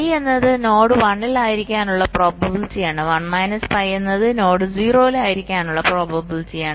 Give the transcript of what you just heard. pi എന്നത് node 1 ൽ ആയിരിക്കാനുള്ള പ്രോബബിലിറ്റിയാണ് 1 മൈനസ് പൈ എന്നത് നോഡ് 0 ലായിരിക്കാനുള്ള പ്രോബബിലിറ്റിയാണ്